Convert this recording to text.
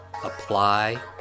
Apply